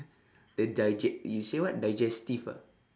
the digest~ you say what digestive ah